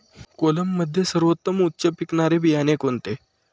कोलममध्ये सर्वोत्तम उच्च पिकणारे बियाणे कोणते?